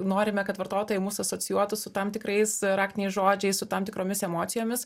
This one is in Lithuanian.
norime kad vartotojai mus asocijuotų su tam tikrais raktiniais žodžiais su tam tikromis emocijomis